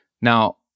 Now